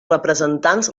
representants